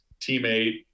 teammate